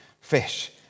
fish